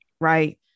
right